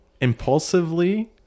impulsively